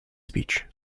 speech